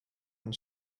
and